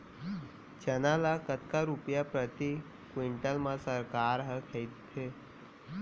चना ल कतका रुपिया प्रति क्विंटल म सरकार ह खरीदथे?